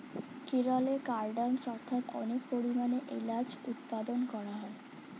কেরলে কার্ডমমস্ অর্থাৎ অনেক পরিমাণে এলাচ উৎপাদন করা হয়